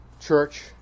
church